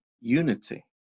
unity